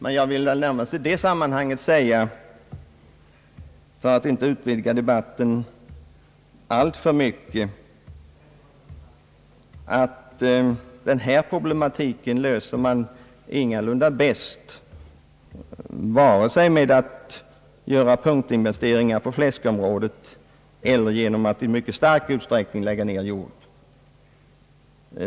Men jag vill i det sammanhanget säga, för att inte utvidga debatten allt för mycket, att man ingalunda löser denna problematik bäst med vare sig punktinvesteringar på <fläskområdet eller en nedläggning i stor utsträckning av jord.